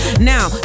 Now